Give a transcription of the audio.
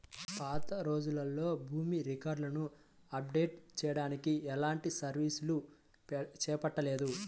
పాతరోజుల్లో భూమి రికార్డులను అప్డేట్ చెయ్యడానికి ఎలాంటి సర్వేలు చేపట్టలేదు